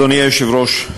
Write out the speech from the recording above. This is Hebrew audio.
אדוני היושב-ראש,